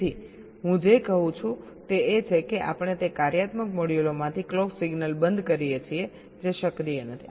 તેથી હું જે કહું છું તે એ છે કે આપણે તે કાર્યાત્મક મોડ્યુલોમાંથી ક્લોક સિગ્નલ બંધ કરીએ છીએ જે સક્રિય નથી